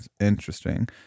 interesting